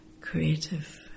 creative